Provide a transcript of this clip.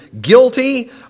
guilty